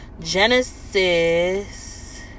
Genesis